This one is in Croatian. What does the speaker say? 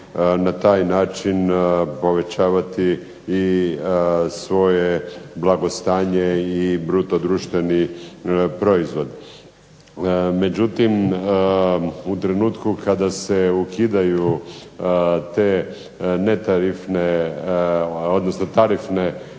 na taj način povećavati i svoje blagostanje i bruto društveni proizvod. Međutim, u trenutku kada se ukidaju te netarifne odnosno tarifne